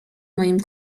moim